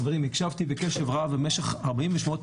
חברים, הקשבתי בקשר רב במשך 45 דקות.